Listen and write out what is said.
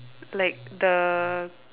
like the